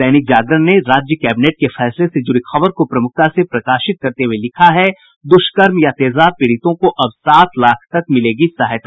दैनिक जागरण ने राज्य कैबिनेट के फैसले से जुड़ी खबर को प्रमुखता से प्रकाशित करते हुए लिखा है दुष्कर्म या तेजाब पीड़ितों को अब सात लाख तक मिलेगी सहायता